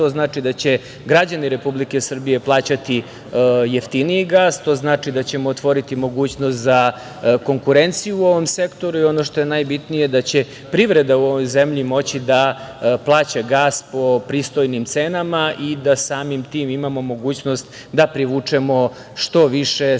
To znači da će građani Republike Srbije plaćati jeftiniji gas. To znači da ćemo otvoriti mogućnost za konkurenciju u ovom sektoru i ono što je najbitnije, da će privreda u ovoj zemlji moći da plaća gas po pristojnim cenama i da samim tim imamo mogućnost da privučemo što više stranih